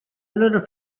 loro